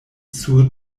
sur